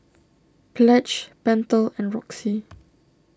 Pledge Pentel and Roxy